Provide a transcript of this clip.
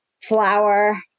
flour